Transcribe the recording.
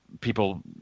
people